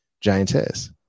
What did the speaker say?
giantess